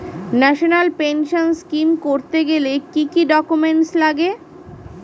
National pension scheme করতে গেলে কি কি ডকুমেন্ট লাগে?